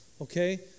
Okay